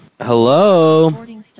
Hello